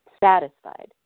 satisfied